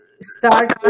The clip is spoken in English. start